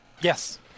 Yes